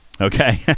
Okay